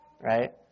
Right